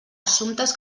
assumptes